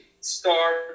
start